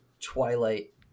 Twilight